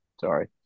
Sorry